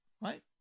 right